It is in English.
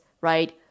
right